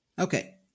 Okay